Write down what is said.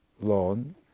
loan